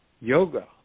yoga